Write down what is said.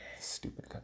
Stupid